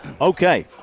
Okay